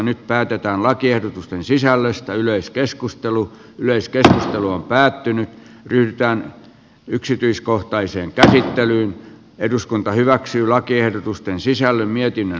nyt päätetään lakiehdotusten sisällöstä yleiskeskustelun yleiskeskustelu on päättynyt yhtään yksityiskohtaiseen käsittelyyn eduskunta hyväksyy lakiehdotusten sisällön mietinnön